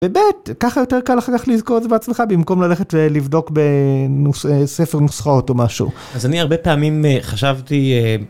באמת, ככה יותר קל אחר כך לזכור את זה בעצמך, במקום ללכת ולבדוק בספר נוסחאות או משהו. אז אני הרבה פעמים חשבתי...